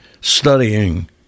studying